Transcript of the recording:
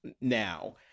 now